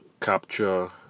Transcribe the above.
capture